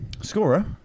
scorer